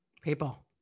People